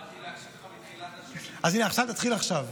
באתי להקשיב לך מתחילת, אז הינה, תתחיל עכשיו.